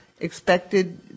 expected